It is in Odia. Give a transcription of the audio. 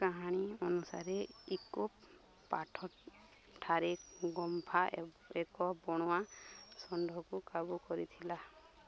କାହାଣୀ ଅନୁସାରେ ଇକୋପ ପାଟ୍ଠାରେ ଖମ୍ବା ଏକ ବଣୁଆ ଷଣ୍ଢକୁ କାବୁ କରିଥିଲା